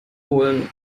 holen